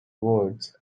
words